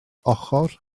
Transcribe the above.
ochr